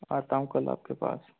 आता हूँ कल आप के पास